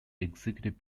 executive